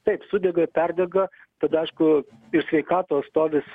taip sudega perdega tada aišku ir sveikatos stovis